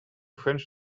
french